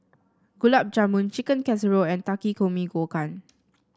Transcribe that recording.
Gulab Jamun Chicken Casserole and Takikomi Gohan